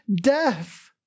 death